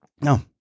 no